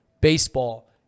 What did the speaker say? Baseball